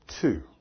Two